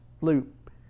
loop